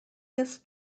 this